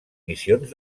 missions